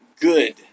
good